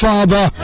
Father